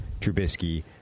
Trubisky